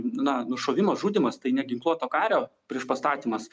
na nušovimas žudymas tai ne ginkluoto kario priešpastatymas